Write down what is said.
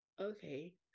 Okay